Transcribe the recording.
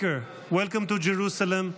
Speaker, welcome to Jerusalem,